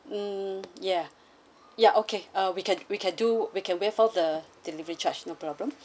mm ya ya okay uh we can we can do we can waive off the delivery charge no problem